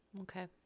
okay